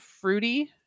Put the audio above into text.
fruity